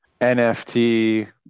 NFT